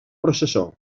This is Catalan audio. processó